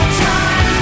time